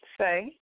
say